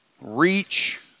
Reach